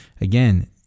again